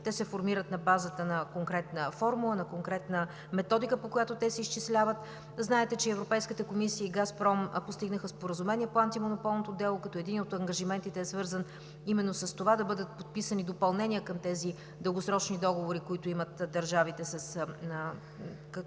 те се формират на базата на конкретна формула, на конкретна методика, по която те се изчисляват. Знаете, че Европейската комисия и „Газпром“ постигнаха споразумение по антимонополното дело, като един от ангажиментите е свързан именно с това да бъдат подписани допълнения към тези дългосрочни договори, които имат държавите,